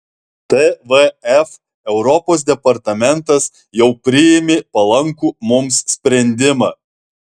tvf europos departamentas jau priėmė palankų mums sprendimą